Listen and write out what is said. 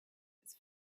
its